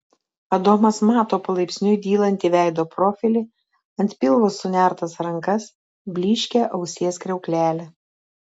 adomas mato palaipsniui dylantį veido profilį ant pilvo sunertas rankas blyškią ausies kriauklelę